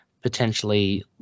potentially